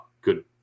good